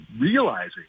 realizing